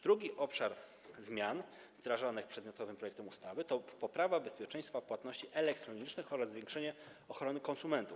Drugi obszar zmian wdrażanych przedmiotowym projektem ustawy to poprawa bezpieczeństwa płatności elektronicznych oraz zwiększenie ochrony konsumentów.